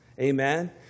Amen